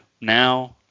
now